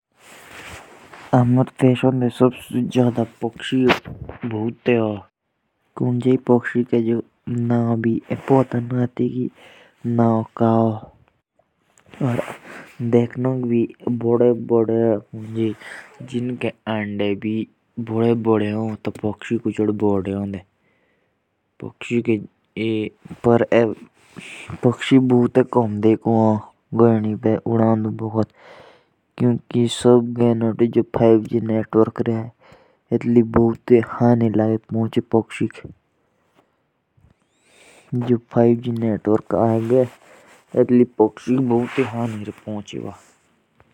जो पक्षी होते ह। वो कोई से तो बहुत बड़े बड़े होते ह। और जो पाँच जी नेटवर्क्स ह इससे बहुत हानि पहुँचती। री पक्षियों को।